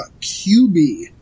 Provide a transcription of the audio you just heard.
QB